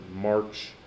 March